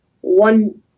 one